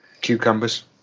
Cucumbers